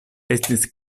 estis